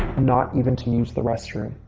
not even to use the restroom.